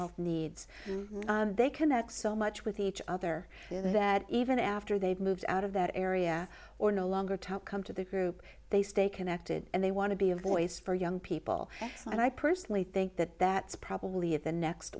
health needs they connect so much with each other that even after they've moved out of that area or no longer top come to their group they stay connected and they want to be a voice for young people and i personally think that that's probably at the next